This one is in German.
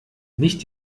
nicht